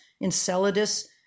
Enceladus